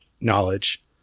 knowledge